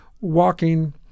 walking